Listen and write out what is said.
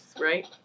right